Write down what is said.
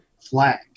flag